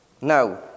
Now